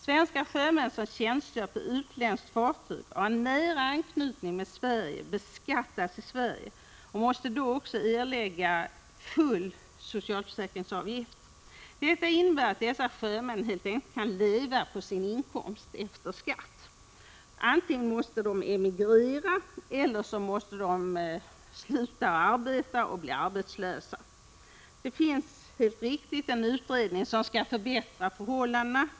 Svenska sjömän som tjänstgör på utländska fartyg och har nära 2 juni 1986 anknytning med Sverige beskattas i Sverige och måste då också erlägga full socialförsäkringsavgift. Detta innebär att dessa sjömän helt enkelt inte kan leva på sin inkomst efter skatt. Antingen måste de emigrera eller också måste de sluta arbeta och bli arbetslösa. Det finns helt riktigt en utredning som skall förbättra förhållandena.